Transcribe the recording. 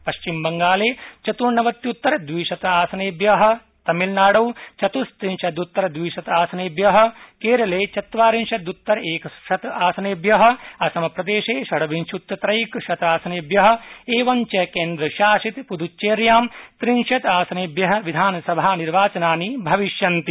पश्चिमबंगाले चतुर्णवत्युत्तर द्विशतासनेभ्यः तमिलनाडौ चतुस्त्रिंशदुत्तर द्विशतासनेभ्यः केरले चत्वारिंशदुत्तरक्कशतासनेभ्य असमप्रदेशे षड्विंशत्युत्तरक्कशतासनेभ्यएवञ्च केन्द्रशासित प्रदेशेपुदुच्चेयां च त्रिंशदासनेभ्य विधानसभानिर्वाचनानि भविष्यन्ति